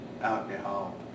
alcohol